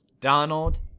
Donald